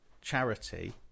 charity